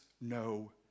no